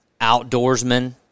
outdoorsmen